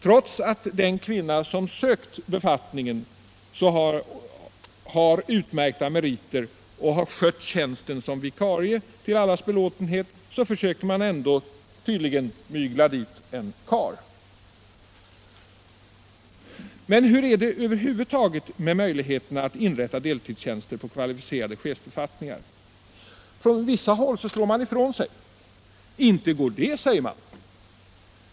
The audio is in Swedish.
Trots att en kvinna som sökt befattningen hade utmärkta meriter och skött tjänsten som vikarie till allas belåtenhet, försökte man ändå mygla dit en karl. Vilka möjligheter finns det över huvud taget att inrätta deltidstjänster på kvalificerade chefsbefattningar? Från vissa håll slår man ifrån sig. Inte går det, säger man.